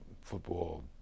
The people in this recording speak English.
football